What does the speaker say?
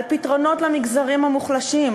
על פתרונות למגזרים המוחלשים,